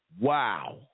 wow